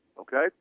Okay